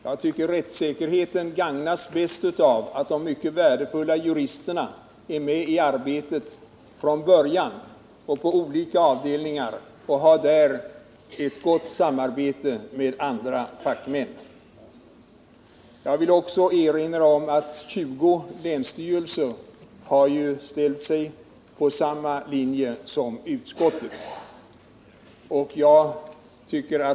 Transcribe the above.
Jag anser att rättssäkerheten gagnas bäst av att de mycket värdefulla juristerna är med från början på olika avdelningar och där har gott samarbete med andra fackmän. Vidare vill jag erinra om att 20 länsstyrelser ställt sig på utskottets sida.